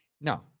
No